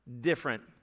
different